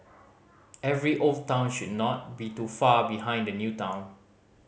every old town should not be too far behind the new town